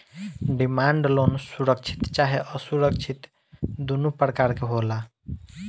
demand loan सुरक्षित चाहे असुरक्षित दुनो प्रकार के होला